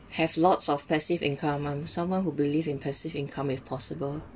have lots of passive income I'm someone who believe in passive income is possible